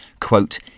quote